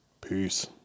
Peace